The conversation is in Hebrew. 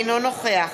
אינו נוכח